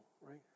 right